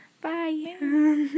Bye